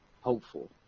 hopeful